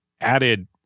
added